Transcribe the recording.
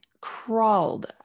crawled